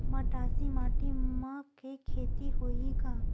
मटासी माटी म के खेती होही का?